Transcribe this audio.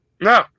No